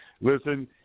Listen